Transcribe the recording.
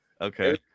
Okay